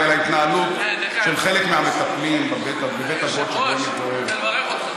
על ההתנהלות של חלק מהמטפלים בבית האבות שבו היא מתגוררת.